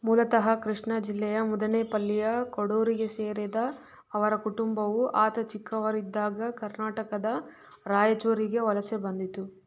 ಮೂಲತಃ ಕೃಷ್ಣಾ ಜಿಲ್ಲೆಯ ಮುದಿನೇಪಲ್ಲಿಯ ಕೊಡೂರಿಗೆ ಸೇರಿದ ಅವರ ಕುಟುಂಬವು ಆತ ಚಿಕ್ಕವರಾಗಿದ್ದಾಗ ಕರ್ನಾಟಕದ ರಾಯಚೂರಿಗೆ ವಲಸೆ ಬಂದಿತು